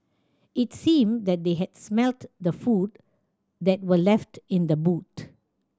it seemed that they had smelt the food that were left in the boot